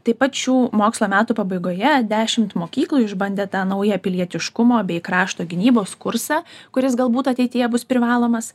taip pat šių mokslo metų pabaigoje dešimt mokyklų išbandė tą naują pilietiškumo bei krašto gynybos kursą kuris galbūt ateityje bus privalomas